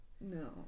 No